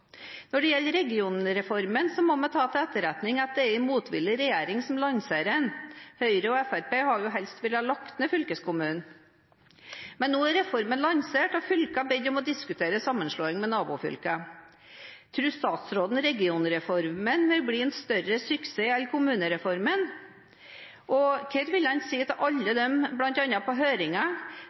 Når det gjelder regionreformen, må vi ta til etterretning at det er en motvillig regjering som lanserer den. Høyre og Fremskrittspartiet hadde jo helst villet legge ned fylkeskommunen. Nå er reformen lansert, og fylkene er bedt om å diskutere sammenslåing med nabofylker. Tror statsråden regionreformen vil bli en større suksess enn kommunereformen? Hva vil han si til alle dem som bl.a. på